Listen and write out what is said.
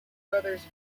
brothers